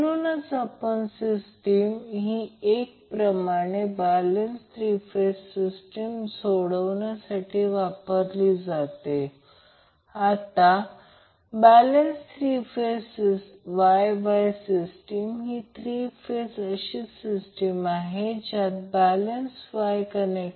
अन्यथा Vcn हे 240o ने लॅग करत आहे किंवा Vcn हे Van120 o ने दिले जाते कारण Vcn 120 o120 o म्हणजे याचा अर्थ असा की त्याचप्रमाणे अँगल 120° बनवू शकतो